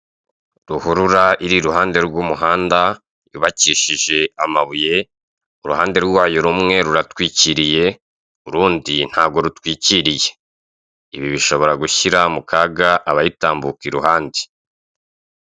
Ruhurura iri iruhande rw'umuhanda yubakishije amabuye, uruhande rwayo rumwe ruratwikiriye urundi ntabwo rutwikiriye, ibi bishobora gushyira mukaga abayitambuka iruhande.